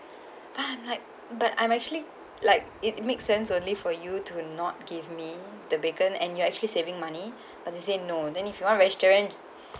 I'm like but I'm actually like it makes sense only for you to not give me the bacon and you are actually saving money but they say no then if you want vegetarian